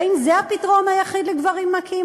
והאם זה הפתרון היחיד לגברים מכים?